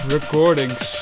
Recordings